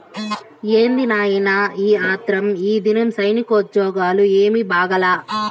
ఏంది నాయినా ఈ ఆత్రం, ఈదినం సైనికోజ్జోగాలు ఏమీ బాగాలా